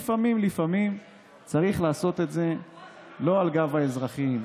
לפעמים צריך לעשות את זה לא על גב האזרחים.